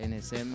NSM